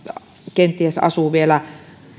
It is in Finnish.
kenties sitten asuu vielä